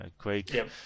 Quake